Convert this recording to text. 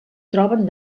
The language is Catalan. troben